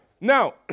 Now